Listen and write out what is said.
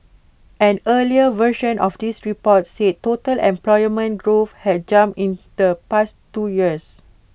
an earlier version of this report said total employment growth had jumped in the past two years